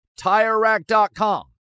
TireRack.com